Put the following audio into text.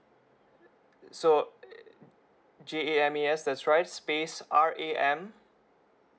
so J A M E S that's right space R A M